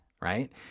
right